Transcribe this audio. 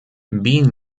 being